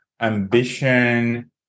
ambition